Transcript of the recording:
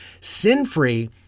sin-free